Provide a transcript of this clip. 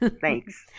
Thanks